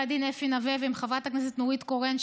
הדין אפי נוה ועם חברת הכנסת נורית קורן,